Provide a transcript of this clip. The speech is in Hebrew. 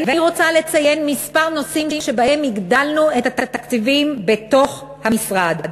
ואני רוצה לציין מספר נושאים שבהם הגדלנו את התקציבים בתוך המשרד.